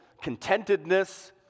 contentedness